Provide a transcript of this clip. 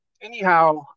anyhow